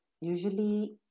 Usually